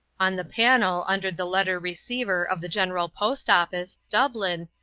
on the panel under the letter-receiver of the general post-office, dublin,